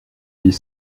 vit